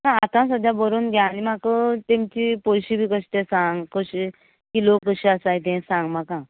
हां आता सद्दां बरोवन घे आनी म्हाक तेंचें पयशें बी कशें तें सांग कशें किलो बी कशें आसा तें सांग म्हाका